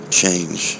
change